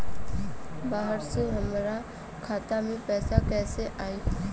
बाहर से हमरा खाता में पैसा कैसे आई?